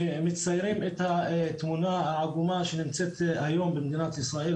שמציירים את התמונה העגומה שנמצאת היום במדינת ישראל,